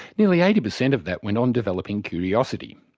nearly eighty percent of that went on developing curiosity.